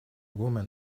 woman